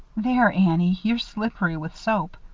there, annie, you're slippery with soap.